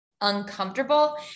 uncomfortable